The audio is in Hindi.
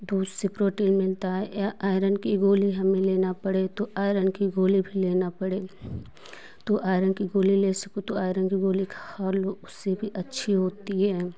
दूध से प्रोटीन मिलता है या आयरन की गोली हमें लेना परे तो आयरन की गोली भी लेना पड़े तो आयरन कि गोली ले सको तो आयरन की गोली खा लो उससे भी अच्छी होती ये है हम